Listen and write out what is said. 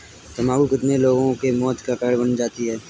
तम्बाकू कितने लोगों के मौत का कारण बन जाती है